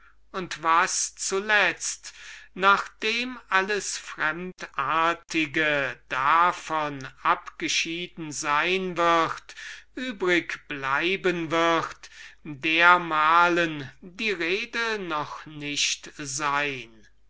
und was zuletzt nachdem alles fremde und heterogene durch die ganze folge seiner umstände davon abgeschieden sein wird übrig bleiben mag davon kann dermalen die rede noch nicht